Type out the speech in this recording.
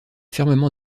fermement